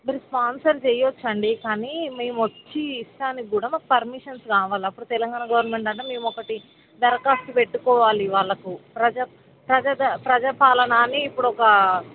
మీరు స్పాన్సర్ చేయచ్చు అండి కానీ మేము వచ్చి ఇస్తానికి కూడా మాకు పర్మిషన్స్ కావాలి అప్పుడు తెలంగాణ గవర్నమెంట్ అంటే మేము ఒకటి దరఖాస్తు పెట్టుకోవాలి వాళ్ళకు ప్రజా ప్రజాద ప్రజా పాలన అని ఇప్పుడు ఒక